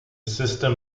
system